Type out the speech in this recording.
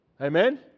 Amen